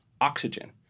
oxygen